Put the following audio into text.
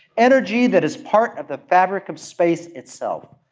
energy that is part of the fabric of space itself,